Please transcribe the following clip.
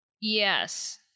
Yes